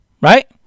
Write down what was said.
right